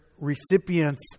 recipients